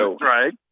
right